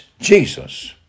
Jesus